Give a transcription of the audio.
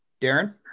Darren